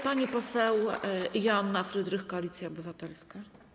Pani poseł Joanna Frydrych, Koalicja Obywatelska.